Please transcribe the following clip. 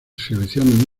selecciona